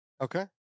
Okay